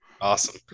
Awesome